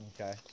Okay